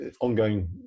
ongoing